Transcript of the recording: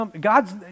God's